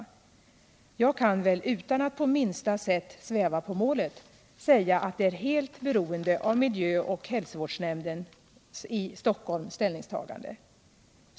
Jag kan väl utan att på minsta sätt sväva på målet säga att det är helt beroende av miljö och hälsovårdsnämndens i Stockholm ställningstagande.